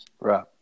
Right